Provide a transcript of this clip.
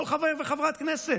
כל חבר וחברת הכנסת,